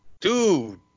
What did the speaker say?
dude